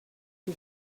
que